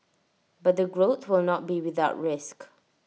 but the growth will not be without risk